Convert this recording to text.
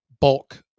bulk